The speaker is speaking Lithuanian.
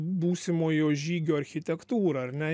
būsimojo žygio architektūrą ar ne